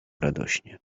radośnie